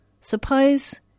Suppose